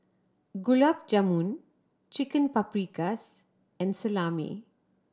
Gulab Jamun Chicken Paprikas and Salami